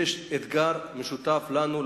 יש אתגר משותף לנו,